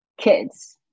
kids